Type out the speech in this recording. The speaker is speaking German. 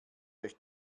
euch